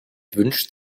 wünscht